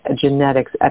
genetics